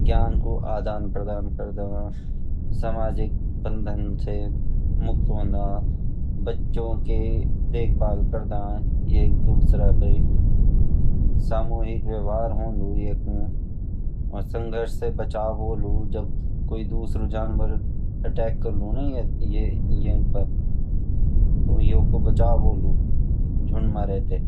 ज्ञान का अदन करदा सामाजिक बंधन सैसई मुक्त हौंडा बचो की देख भल करदा एक दुसरो कई समोहि व्यवहार होन्दु येकुए और सांगत साई बचाव होन्दु एक झुण्ड मई रहे कई